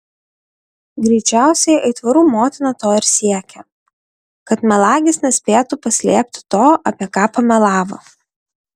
greičiausiai aitvarų motina to ir siekė kad melagis nespėtų paslėpti to apie ką pamelavo